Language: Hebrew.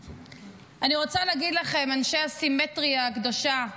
אני רוצה להגיד לכם, אנשי הסימטריה הקדושה,